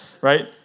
right